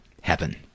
heaven